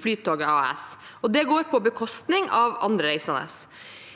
Flytoget AS, og det går på bekostning av andre reisende.